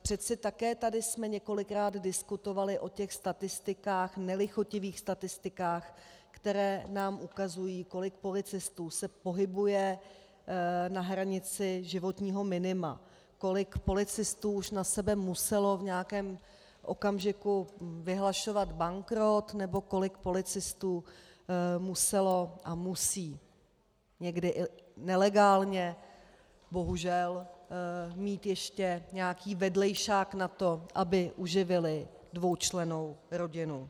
Přeci také tady jsme několikrát diskutovali o těch statistikách, nelichotivých statistikách, které nám ukazují, kolik policistů se pohybuje na hranici životního minima, kolik policistů už na sebe muselo v nějakém okamžiku vyhlašovat bankrot nebo kolik policistů muselo a musí někdy i nelegálně bohužel mít ještě nějaký vedlejšák na to, aby uživili dvoučlennou rodinu.